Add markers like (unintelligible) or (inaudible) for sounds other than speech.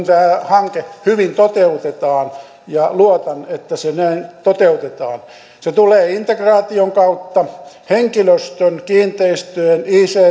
(unintelligible) tämä hanke hyvin toteutetaan ja luotan että se näin toteutetaan se tulee integraation kautta henkilöstön kiinteistöjen